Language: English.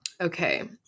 Okay